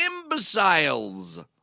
imbeciles